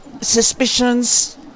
suspicions